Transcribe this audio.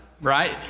right